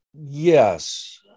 Yes